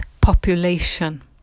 population